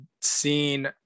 seen